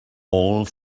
all